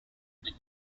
only